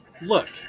look